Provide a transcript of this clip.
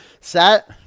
Set